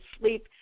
sleep